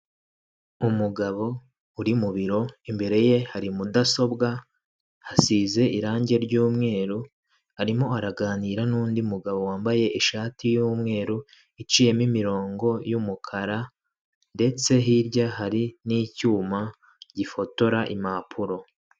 Umugabo uri mu biro; imbere ye hari mudasobwa, hasize irangi ry'umweru arimo araganira nundi mugabo! wambaye ishati y'umweru iciyemo imirongo y'umukara; ndetse hirya hari n'icyuma gifotora impapuro.